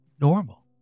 normal